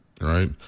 right